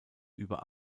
über